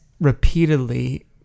repeatedly